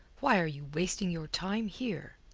why are you wasting your time here?